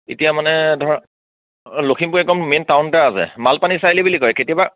এতিয়া মানে ধৰা লখিমপুৰ একদম মেইন টাউনতে আছে মালপানী চাৰিআলি বুলি কয় কেতিয়াবা